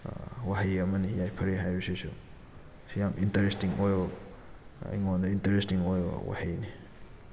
ꯋꯥꯍꯩ ꯑꯃꯅꯤ ꯌꯥꯏꯐꯔꯦ ꯍꯥꯏꯔꯤꯕꯁꯤꯁꯨ ꯁꯤ ꯌꯥꯝ ꯏꯟꯇꯔꯦꯁꯇꯤꯡ ꯑꯣꯏꯕ ꯑꯩꯉꯣꯟꯗ ꯏꯟꯇꯔꯦꯁꯇꯤꯡ ꯑꯣꯏꯕ ꯋꯥꯍꯩꯅꯤ